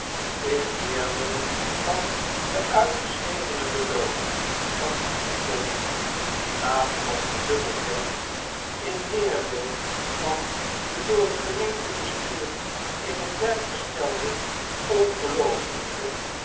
in weerwil van de uitgeschrevene belooning van pond die later nog verdubbeld werd in weerwil van de door het gemeentebestuur in het werk gestelde ongeloofelijke